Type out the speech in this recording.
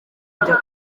kujya